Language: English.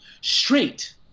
straight